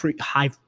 high